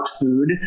food